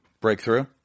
Breakthrough